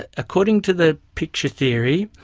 ah according to the picture theory,